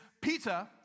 Peter